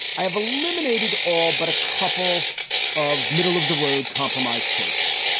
i have eliminated all but a couple of middle of the road compromise choices.